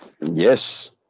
yes